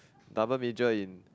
double major in